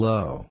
Low